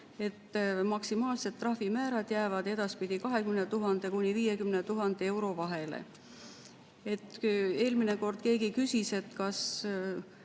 Maksimaalsed trahvimäärad jäävad edaspidi 20 000 ja 50 000 euro vahele. Eelmine kord keegi küsis, kui